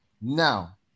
Now